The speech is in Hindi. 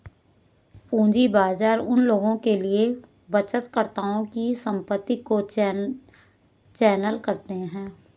पूंजी बाजार उन लोगों के लिए बचतकर्ताओं की संपत्ति को चैनल करते हैं